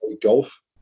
golf